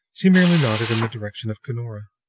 she merely nodded in the direction of cunora.